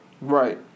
Right